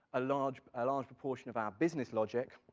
large ah large proportion of our business logic,